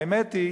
האמת היא